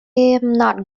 not